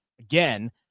again